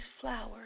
flowers